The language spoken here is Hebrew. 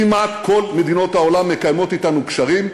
כמעט כל מדינות העולם מקיימות אתנו קשרים,